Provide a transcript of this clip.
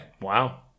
Wow